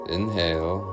Inhale